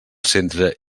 centre